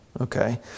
Okay